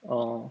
orh